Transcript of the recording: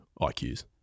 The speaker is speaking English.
IQs